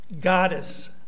Goddess